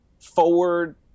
forward